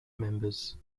members